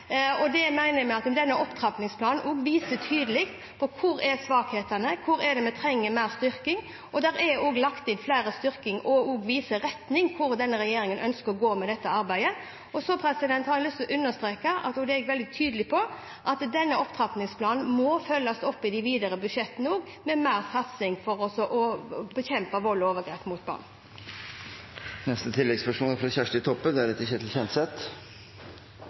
mener at denne opptrappingsplanen tydelig viser hvor svakhetene er, hvor vi trenger mer styrking. Det er også lagt inn styrking som viser retning for hvor denne regjeringen ønsker å gå med dette arbeidet. Jeg har lyst til å understreke – og det er jeg veldig tydelig på – at denne opptrappingsplanen må følges opp i de videre budsjettene med mer satsing for å bekjempe vold og overgrep mot barn. Kjersti Toppe – til oppfølgingsspørsmål. Etter ni år med barnehus er